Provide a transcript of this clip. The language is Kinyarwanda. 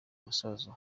musozo